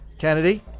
Kennedy